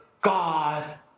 God